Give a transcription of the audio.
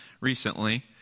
Recently